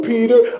Peter